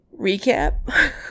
recap